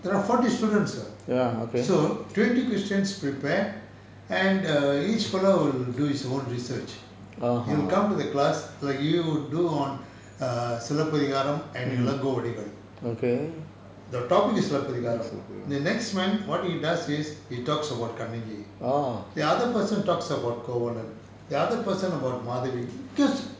there are forty students ah so twenty questions prepared and err each fellow will do his own research he will come to the class like you do on err Silappathikaram and Ilangovadigal the topic is Silappathikaram the next man what he does is he talks about kannaki the other person talks about kovalan the other person about madavi that's